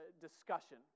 discussion